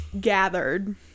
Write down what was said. gathered